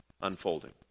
unfolding